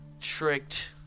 tricked